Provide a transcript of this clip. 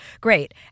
Great